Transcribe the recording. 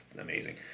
amazing